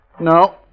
No